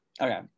Okay